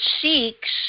seeks